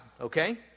okay